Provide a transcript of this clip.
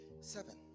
Seven